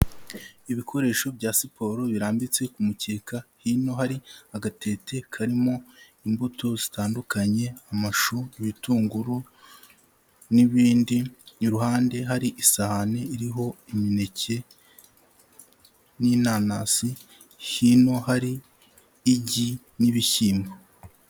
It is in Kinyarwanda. Ibikoresho bya siporo birambitse ku mukeka hino hari agatete karimo imbuto zitandukanye amashu, ibitunguru n'ibindi, iruhande hari isahane iriho imineke n'inanasi hino hari igi n'ibishyimbo.